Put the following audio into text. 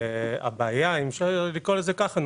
הבעיה אם אפשר לקרוא לזה ככה,